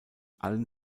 allen